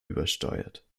übersteuert